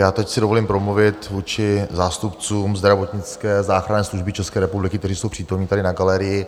Já teď si dovolím promluvit vůči zástupcům zdravotnické záchranné služby České republiky, kteří jsou přítomni tady na galerii.